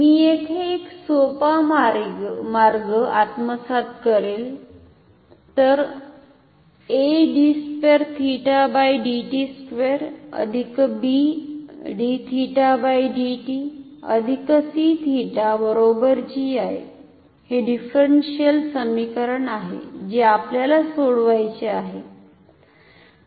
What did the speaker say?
मी येथे एक सोपा मार्ग आत्मसात करेल तर हे डिफरनशिअल समीकरण आहे जे आपल्याला सोडवायचे आहे